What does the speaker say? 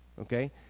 okay